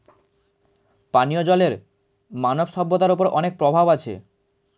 পানিও জলের মানব সভ্যতার ওপর অনেক প্রভাব আছে